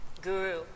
guru